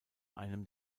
einem